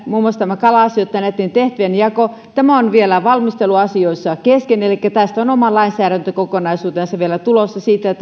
muun muassa tämä kala asioitten ja näitten tehtävien jako on vielä valmisteluasioissa kesken elikkä on oma lainsäädäntökokonaisuutensa vielä tulossa siitä